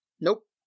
Nope